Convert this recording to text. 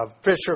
Fisher